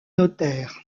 notaire